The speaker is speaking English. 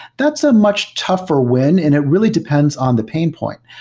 that's a much tougher win, and it really depends on the pain point.